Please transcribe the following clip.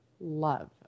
love